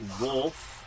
wolf